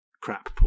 crap